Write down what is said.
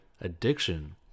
addiction